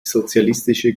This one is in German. sozialistische